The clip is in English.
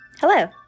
Hello